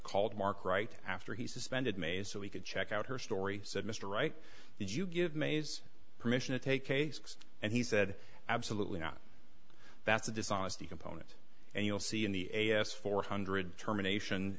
called mark right after he suspended mays so we could check out her story said mr wright did you give may's permission to take a six and he said absolutely not that's a dishonesty component and you'll see in the a s four hundred termination